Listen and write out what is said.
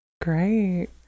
Great